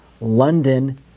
London